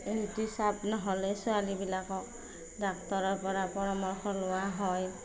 ঋতুস্ৰাব নহ'লে ছোৱালীবিলাকক ডাক্তৰৰপৰা পৰামৰ্শ লোৱা হয়